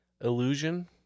illusion